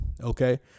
Okay